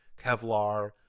Kevlar